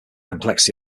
complexity